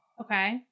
Okay